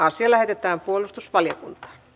asia lähetettiin puolustusvaliokuntaan